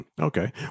Okay